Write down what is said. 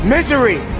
Misery